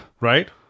Right